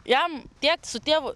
jam tiek su tėvu